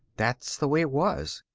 that's the way it was.